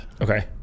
Okay